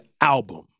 album